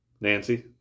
Nancy